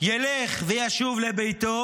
ילך וישֹׁב לביתו